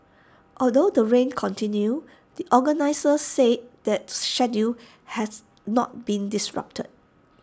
although the rain continued the organisers said the schedule has not been disrupted